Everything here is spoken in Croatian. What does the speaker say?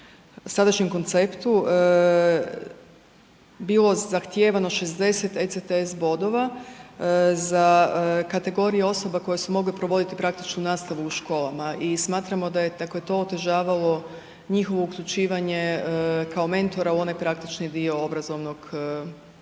sadašnjem konceptu bilo zahtijevano 60 ETCS bodova za kategorija osoba koje su mogle provoditi praktičnu nastavu u školama i smatramo da je dakle to otežavalo njihovo uključivanje kao mentora u onaj praktični dio obrazovnog sustava.